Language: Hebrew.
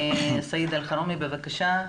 סעיד אלחרומי בבקשה.